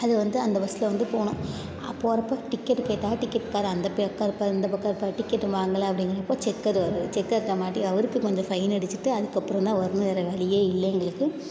அது வந்து அந்த பஸ்சில் வந்து போனோம் போகிறப்ப டிக்கெட்டு கேட்டால் டிக்கெட் தர அந்த பக்கம் இருப்பார் இந்தப் பக்கம் இருப்பார் டிக்கெட்டு வாங்கலை அப்படிங்கிறப்ப செக்கர் வருவார் செக்கர்கிட்ட மாட்டி அவருக்கு கொஞ்சம் ஃபைன் அடிச்சுட்டு அதுக்கப்புறந்தான் வரணும் வேறு வழியே இல்லை எங்களுக்கு